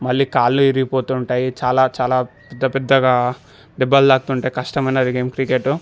మళ్ళీ కాలు విరిగిపోతూ ఉంటాయి చాలా చాలా పెద్ద పెద్దగా దెబ్బలు తాకుతుంటాయి కష్టమైనది గేమ్ క్రికెటు